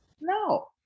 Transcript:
no